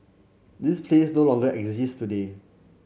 this place no longer exists today